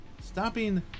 Stopping